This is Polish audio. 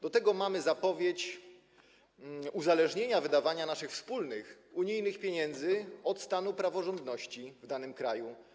Do tego mamy zapowiedź uzależnienia wydawania naszych wspólnych, unijnych pieniędzy od stanu praworządności w danym kraju.